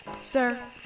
Sir